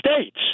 states